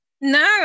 No